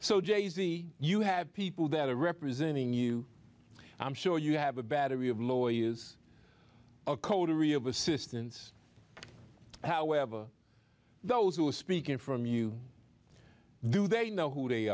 z you have people that are representing you i'm sure you have a battery of lawyers a coterie of assistance however those who are speaking from you do they know who they